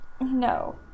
No